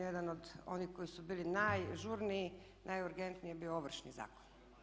Jedan od onih koji su bili najžurniji, najurgentniji je bio Ovršni zakon.